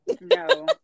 no